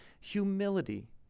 humility